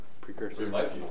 precursor